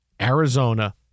arizona